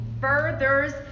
furthers